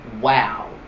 Wow